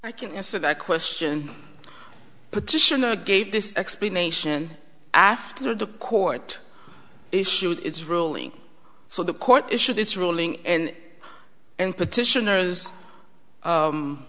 i can answer that question petitioner gave this explanation after the court issued its ruling so the court issued its ruling and and petitioners